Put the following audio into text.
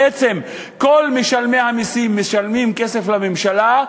בעצם כל משלמי המסים משלמים כסף לממשלה,